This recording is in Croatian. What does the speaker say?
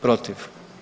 Protiv?